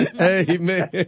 Amen